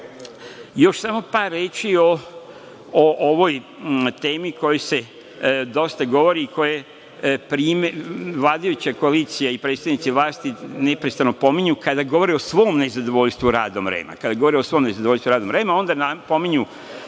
samo par reči o ovoj temi o kojoj se dosta govori, koju vladajuća koalicija i predstavnici vlasti neprestano pominju, kada govori o svom nezadovoljstvu radom REM-a,